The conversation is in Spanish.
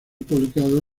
publicado